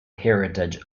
heritage